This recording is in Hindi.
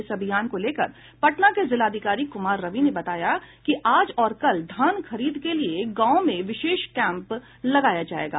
इस अभियान को लेकर पटना के जिलाधिकारी कुमार रवि ने बताया कि आज और कल धान खरीद के लिए गांवों में विशेष कैम्प लगाया जायेगा